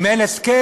אם אין הסכם,